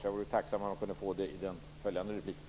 Jag vore tacksam om jag kunde få det i den följande repliken.